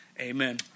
Amen